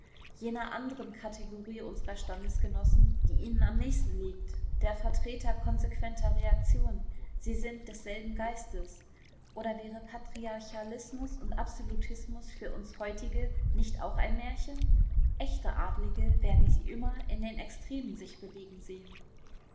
jener anderen kategorie unserer standesgenossen die ihnen am nächsten liegt der vertreter konsequenter reaktion sie sind desselben geistes oder wäre patriarchalismus und absolutismus für uns heutige nicht auch ein märchen echte adlige werden sie immer in den extremen sich bewegen sehen